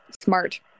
smart